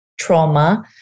trauma